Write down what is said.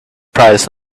prize